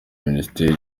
minisitiri